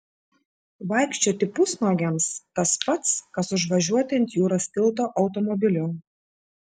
vaikščioti pusnuogiams tas pats kas užvažiuoti ant jūros tilto automobiliu